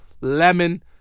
lemon